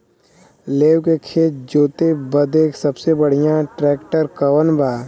लेव के खेत जोते बदे सबसे बढ़ियां ट्रैक्टर कवन बा?